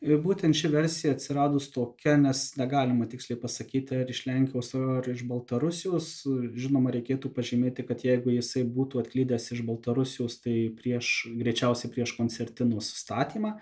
ir būtent ši versija atsiradus tokia nes negalima tiksliai pasakyti ar iš lenkijos ar iš baltarusijos žinoma reikėtų pažymėti kad jeigu jisai būtų atklydęs iš baltarusijos tai prieš greičiausiai prieš koncertinų sustatymą